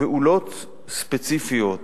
פעולות ספציפיות,